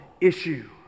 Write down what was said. issue